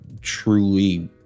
truly